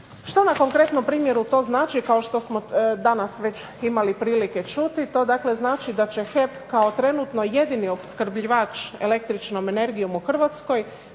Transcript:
Šta na konkretnom primjeru to znači, kao što smo danas već imali prilike čuti? To dakle znači da će HEP kao trenutno jedini opskrbljivač električnom energijom u Hrvatskoj,